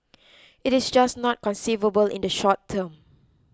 it is just not conceivable in the short term